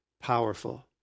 powerful